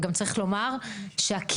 וגם צריך לומר שהקרן,